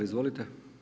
Izvolite.